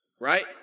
Right